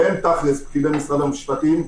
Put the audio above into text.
והם תכל'ס פקידי משרד המשפטים,